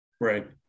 right